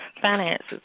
finances